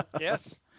Yes